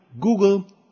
Google